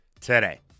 today